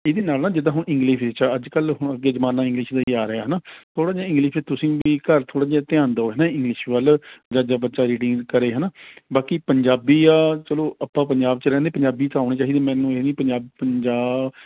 ਇਹਦੇ ਨਾਲ ਨਾ ਜਿੱਦਾਂ ਹੁਣ ਇੰਗਲਿਸ਼ ਵਿੱਚ ਹੈ ਅੱਜ ਕੱਲ੍ਹ ਹੁਣ ਅੱਗੇ ਜ਼ਮਾਨਾ ਇੰਗਲਿਸ਼ ਦਾ ਹੀ ਆ ਰਿਹਾ ਹੈ ਨਾ ਥੋੜ੍ਹਾ ਜਿਹਾ ਇੰਗਲਿਸ਼ ਵਿੱਚ ਤੁਸੀਂ ਵੀ ਘਰ ਥੋੜ੍ਹਾ ਜਿਹਾ ਧਿਆਨ ਦਿਉ ਹੈ ਨਾ ਇੰਗਲਿਸ਼ ਵੱਲ ਜਦ ਜਦ ਬੱਚਾ ਰੀਡਿੰਗ ਕਰੇ ਹੈ ਨਾ ਬਾਕੀ ਪੰਜਾਬੀ ਹੈ ਚੱਲੋ ਆਪਾਂ ਪੰਜਾਬ 'ਚ ਰਹਿੰਦੇ ਹਾਂ ਪੰਜਾਬੀ ਤਾਂ ਆਉਣੀ ਚਾਹੀਦੀ ਹੈ ਮੈਨੂੰ ਇਹ ਵੀ ਪੰਜਾਬ ਪੰਜਾਬ